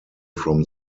from